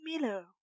Miller